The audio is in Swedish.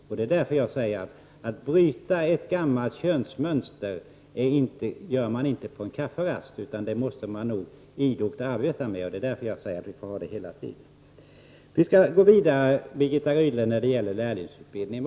Man kan alltså inte bryta ett gammalt könsrollsmönster på en kafferast. Det kräver nog ett idogt arbete, och det är därför jag säger att vi får hålla frågan aktuell hela tiden. Vi skall, Birgitta Rydle, gå vidare när det gäller lärlingsutbildningen.